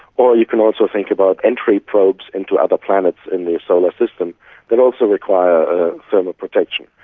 or you can also think about entry probes into other planets in the solar system that also require thermal protection.